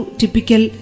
typical